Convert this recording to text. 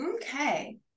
okay